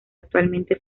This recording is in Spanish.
actualmente